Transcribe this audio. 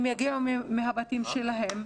הם יגיעו מהבתים שלהם,